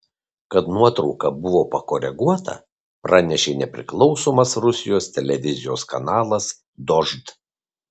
kad nuotrauka buvo pakoreguota pranešė nepriklausomas rusijos televizijos kanalas dožd